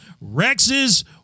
Rex's